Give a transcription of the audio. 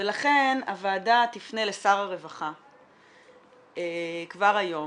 ולכן הוועדה תפנה לשר הרווחה כבר היום